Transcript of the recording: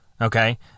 Okay